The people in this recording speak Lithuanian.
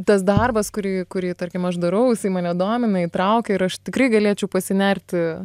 tas darbas kurį kurį tarkim aš darau jisai mane domina įtraukia ir aš tikrai galėčiau pasinerti